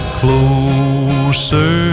closer